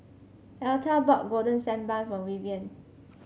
Elta bought Golden Sand Bun for Vivienne